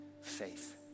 faith